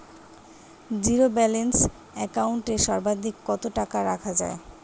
Zero balance account এ সর্বাধিক কত টাকা রাখা য়ায়?